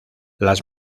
las